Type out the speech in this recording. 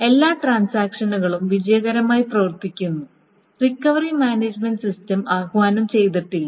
എല്ലാ ട്രാൻസാക്ഷനുകളും വിജയകരമായി പ്രവർത്തിക്കുന്നു റിക്കവറി മാനേജുമെന്റ് സിസ്റ്റം ആഹ്വാനം ചെയ്തിട്ടില്ല